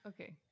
Okay